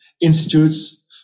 institutes